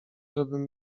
żebym